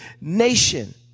nation